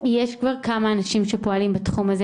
יש כבר כמה אנשים שפועלים בתחום הזה.